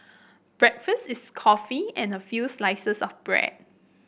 breakfast is coffee and a few slices of bread